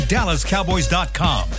DallasCowboys.com